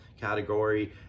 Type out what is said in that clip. category